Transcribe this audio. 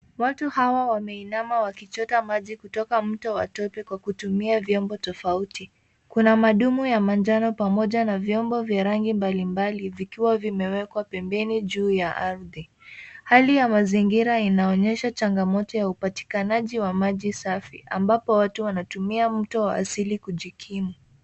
Watu hawa wameinama wakichota maji kutoka mto wa tope kwa kutumia vyombo tofauti. Kuna madumu ya manjano pamoja na vyombo vya rangi mbalimbali vikiwa vimewekwa pembeni juu ya ardhi.